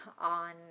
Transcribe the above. on